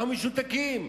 אנחנו משותקים.